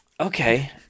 Okay